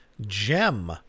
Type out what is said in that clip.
gem